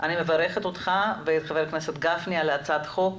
אני מברכת אותך ואת חבר הכנסת גפני על הצעת החוק,